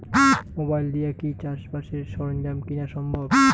Mobile দিয়া কি চাষবাসের সরঞ্জাম কিনা সম্ভব?